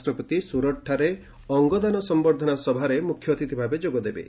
ରାଷ୍ଟ୍ରପତି ସୁରଟ୍ଠାରେ ଏକ ଅଙ୍ଗଦାନ ସମ୍ଭର୍ଦ୍ଧନା ସଭାରେ ମୁଖ୍ୟଅତିଥିଭାବେ ଯୋଗଦେବେ